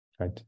Right